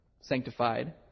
sanctified